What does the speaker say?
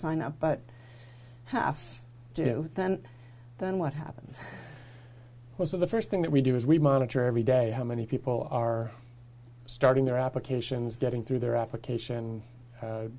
sign up but half do then then what happens most of the first thing that we do is we monitor every day how many people are starting their applications getting through their application